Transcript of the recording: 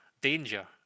danger